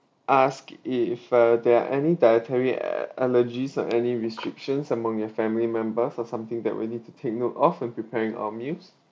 ask if uh there are any dietary a~ allergies or any restrictions among your family members or something that we need to take note of in preparing our meals